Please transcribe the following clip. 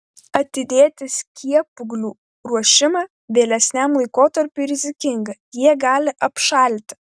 atidėti skiepūglių ruošimą vėlesniam laikotarpiui rizikinga jie gali apšalti